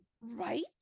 Right